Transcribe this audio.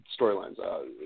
storylines